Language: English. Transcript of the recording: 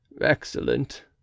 Excellent